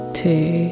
two